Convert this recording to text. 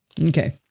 Okay